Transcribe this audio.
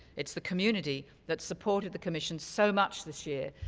it's the community that supported the commission so much this year,